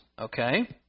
Okay